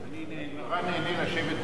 אני נורא נהנה לשבת מולך.